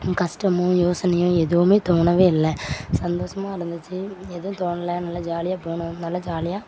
கஸ்டமோ யோசனையோ எதுவுமே தோணவே இல்லை சந்தோஸமாக இருந்துச்சு எதுவும் தோணலை நல்ல ஜாலியாக போனோம் நல்ல ஜாலியாக